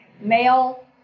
male